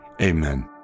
Amen